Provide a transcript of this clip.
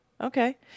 Okay